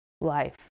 life